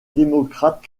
démocrate